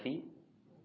fee